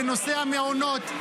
בנושא המעונות.